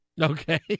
Okay